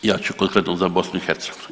Ja ću konkretno za BiH.